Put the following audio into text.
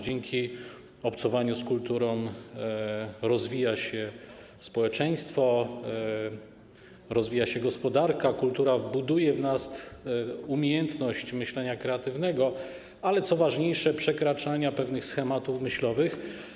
Dzięki obcowaniu z kulturą rozwija się społeczeństwo, rozwija się gospodarka, kultura buduje w nas umiejętność kreatywnego myślenia, ale co ważniejsze - przekraczania pewnych schematów myślowych.